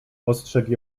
ostrzegł